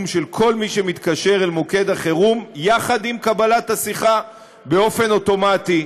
של כל מי שמתקשר אל מוקד החירום יחד עם קבלת השיחה באופן אוטומטי,